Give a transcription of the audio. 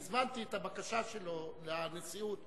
הזמנתי את הבקשה שלו לנשיאות: